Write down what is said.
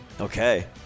Okay